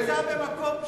אתה נמצא במקום טוב.